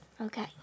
Okay